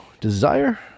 desire